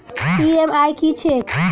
EMI की छैक?